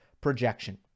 projection